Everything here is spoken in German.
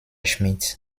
schmidt